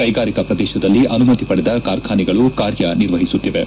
ಕೈಗಾರಿಕಾ ಪ್ರದೇಶದಲ್ಲಿ ಅನುಮತಿ ಪಡೆದ ಕಾರ್ಖಾನೆಗಳು ಕಾರ್ಯ ನಿರ್ವಹಿಸುತ್ತಿವೆ